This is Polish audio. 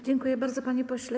Dziękuję bardzo, panie pośle.